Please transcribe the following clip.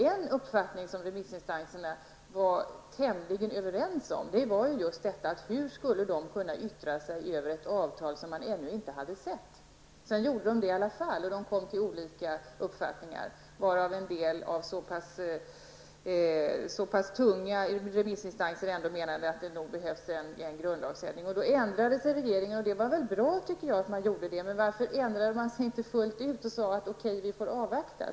En uppfattning som remissinstanserna var tämligen överens om var just hur de skulle kunna yttra sig över ett avtal som de ännu inte hade sett. Sedan gjorde de det i alla fall och kom fram till olika uppfattningar. En del tunga remissinstanser menade att det ändå behövdes en grundlagsändring, och då ändrade sig regeringen. Det var bra, tycker jag, att man gjorde det. Men varför ändrade man sig inte fullt ut och sade att vi får avvakta.